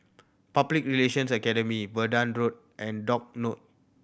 Public Relations Academy Verdun Road and Dock Road